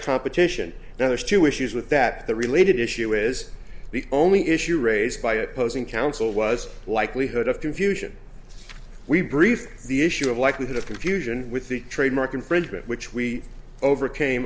competition now there's two issues with that the related issue is the only issue raised by opposing counsel was likelihood of confusion we brief the issue of likelihood of confusion with the trademark infringement which we overcame